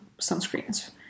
sunscreens